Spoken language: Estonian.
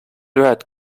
ühed